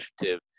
initiative